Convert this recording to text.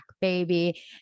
baby